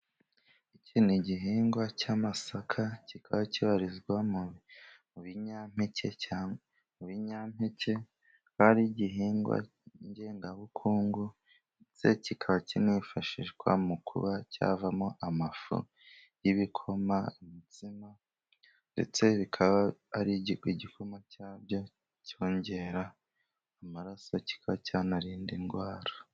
iki ni igihingwa cy'amasaka kikaba kibarizwa mu binyampeke. Kikaba ari igihingwa ngengabukungu, ndetse kikaba kinifashishwa mu kuba cyavamo amafu y'ibikoma, ndetse bikaba igikoma cyabyo cyongera amaraso kikaba cyanarinda indwara.